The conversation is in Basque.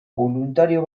boluntario